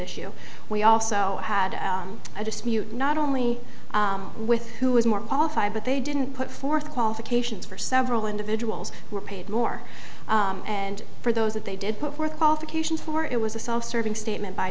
issue we also had a dispute not only with who was more qualified but they didn't put forth qualifications for several individuals who were paid more and for those that they did put forth qualifications for it was a self serving statement by